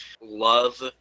love